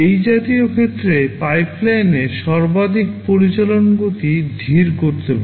এই জাতীয় ক্ষেত্রে পাইপলাইনের সর্বাধিক পরিচালন গতি ধীর করতে পারে